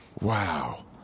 Wow